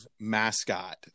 mascot